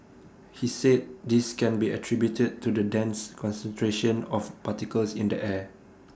he said this can be attributed to the dense concentration of particles in the air